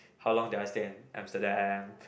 how long did I stay in Amsterdam